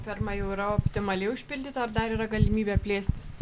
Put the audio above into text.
ferma jau yra optimaliai užpildyta ar dar yra galimybė plėstis